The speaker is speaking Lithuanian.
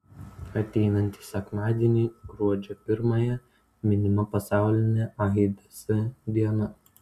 ateinantį sekmadienį gruodžio pirmąją minima pasaulinė aids diena